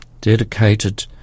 dedicated